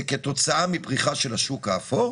זה כתוצאה מפריחה של השוק האפור,